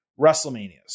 WrestleManias